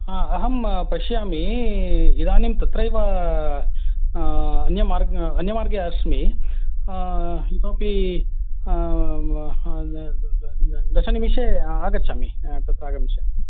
हा अहं पश्यामि इदानीं तत्रैव अन्यमार्ग अन्यमार्गे अस्मि इतोपि दशनिमेषे आगच्छामि तत्र आगमिष्यामि